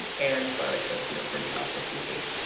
and so i like to you know rinse it off just in case.